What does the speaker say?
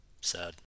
Sad